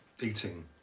eating